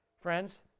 Friends